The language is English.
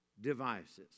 devices